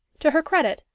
to her credit,